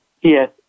Yes